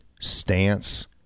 stance